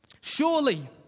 Surely